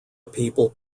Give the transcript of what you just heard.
people